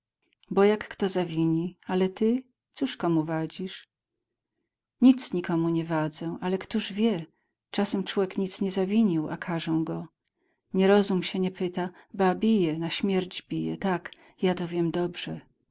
bo jak kto zawini ale ty cóż komu wadzisz nic nikomu nie wadzę ale któż wie czasem człek nic nie zawinił a karzą go nierozum sie nie pyta ba bije na śmierć bije tak ja to wiem dobrze